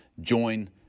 join